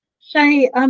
Shay